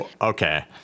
okay